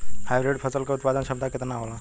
Hybrid फसल क उत्पादन क्षमता केतना होला?